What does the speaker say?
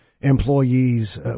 employees